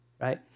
Right